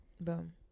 Boom